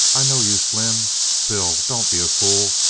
i know you, slim. phil, don't be a fool.